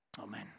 Amen